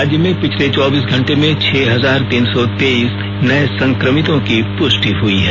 राज्य में पिछले चौबीस घंटे में छह हजार तीन सौ तेईस नए संकभितों की पुष्टि हुई है